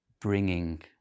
bringing